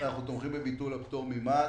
תומכים בביטול הפטור ממס.